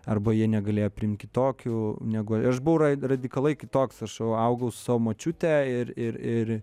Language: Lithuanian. arba jie negalėjo priimt kitokių negu aš buvau ra radikaliai kitoks aš jau augau su savo močiute ir ir ir